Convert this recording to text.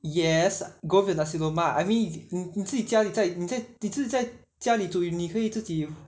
yes go with nasi lemak I mean 你你自己家里在在你自己在家里煮你你可以自己